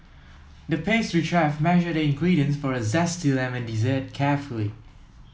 the pastry chef measured the ingredients for a zesty lemon dessert carefully